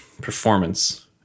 performance